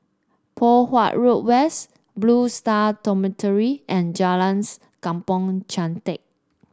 Poh Huat Road West Blue Stars Dormitory and Jalans Kampong Chantek